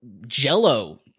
Jello